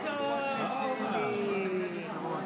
רבותיי חברי הכנסת,